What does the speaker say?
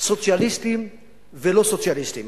סוציאליסטים ולא סוציאליסטים,